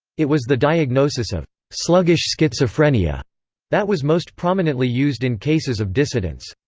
it was the diagnosis of sluggish schizophrenia that was most prominently used in cases of dissidents.